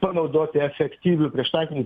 panaudoti efektyviu prieštankinį